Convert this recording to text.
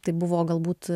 tai buvo galbūt